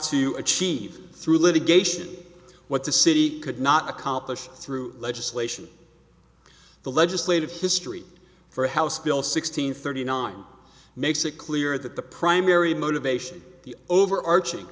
to achieve through litigation what the city could not accomplish through legislation the legislative history for house bill sixteen thirty nine makes it clear that the primary motivation the overarching